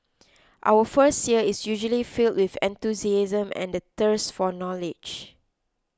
our first year is usually filled with enthusiasm and the thirst for knowledge